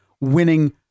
winning